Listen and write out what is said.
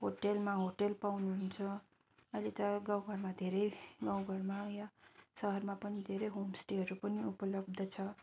होटेलमा होटेल पाउनु हुन्छ अहिले त गाउँ घरमा धेरै गाउँ घरमा या शहरमा पनि धेरै होमस्टेहरू पनि उपलब्ध छ